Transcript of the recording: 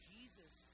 Jesus